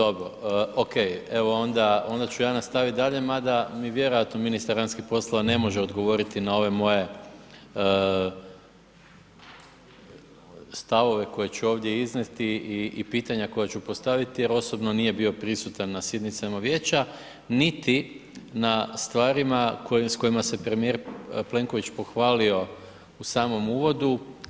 Okej, evo onda, onda ću ja nastaviti dalje, ma da mi vjerojatno ministar vanjskih poslova ne može odgovoriti na ove moje stavove koje ću ovdje iznijeti i pitanja koja ću postaviti jer osobno nije bio prisutan na sjednicama vijeća niti na stvarima s kojima se premijer Plenković pohvalio u samom uvodu.